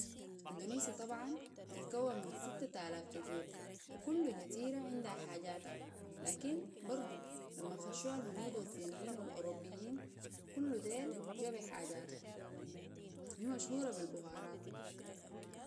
اندونسيا طبعا بتتكومن سته الف جزيرة وكل جزيرة عندها حاجاتها لكن برضو لما خشوها الهنود والصينيين والأوروبيين كل ديل جوا بحاجاته هي مشهورة بالبهارات